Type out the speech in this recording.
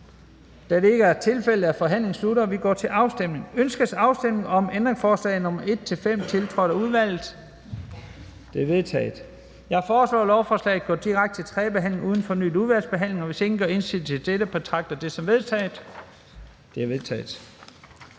Afstemning Første næstformand (Leif Lahn Jensen): Ønskes afstemning om ændringsforslag nr. 1-22, tiltrådt af udvalget? De er vedtaget. Jeg foreslår, at lovforslaget går direkte til tredje behandling uden fornyet udvalgsbehandling. Hvis ingen gør indsigelse mod dette, betragter jeg det som vedtaget. Det er vedtaget.